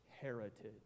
heritage